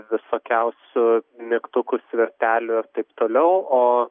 visokiausių mygtukų svirtelių ir taip toliau o